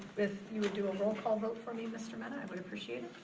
if you would do a roll call vote for me, mr. mena, i would appreciate